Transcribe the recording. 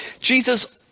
Jesus